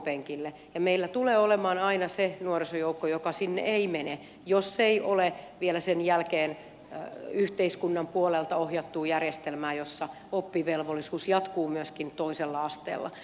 ja meillä tulee olemaan aina se nuorisojoukko joka sinne ei mene jos ei ole vielä sen jälkeen yhteiskunnan puolelta ohjattua järjestelmää jossa oppivelvollisuus jatkuu myöskin toisella asteella